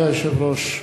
חוק ומשפט.